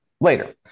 later